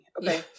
okay